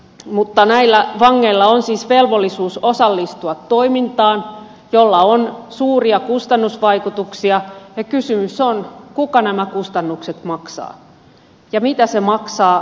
mutta näillä vangeilla on siis velvollisuus osallistua toimintaan jolla on suuria kustannusvaikutuksia ja kysymys on kuka nämä kustannukset maksaa ja mitä se maksaa